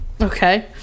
okay